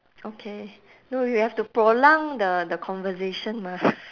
okay don't worry we have to prolong the conversation mah